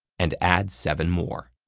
and add seven more.